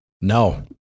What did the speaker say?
no